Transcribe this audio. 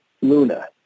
luna